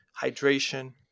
hydration